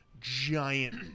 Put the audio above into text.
giant